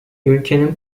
ülkenin